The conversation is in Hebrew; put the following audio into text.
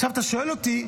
עכשיו, אתה שואל אותי,